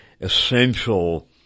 essential